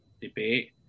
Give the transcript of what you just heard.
debate